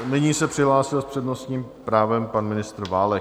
Nyní se přihlásil s přednostním právem pan ministr Válek.